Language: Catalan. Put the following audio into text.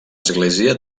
església